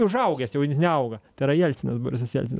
užaugęs jau jis neauga tai yra jelcinas borisas jelcinas